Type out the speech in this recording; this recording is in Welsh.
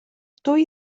dwy